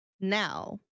now